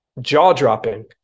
jaw-dropping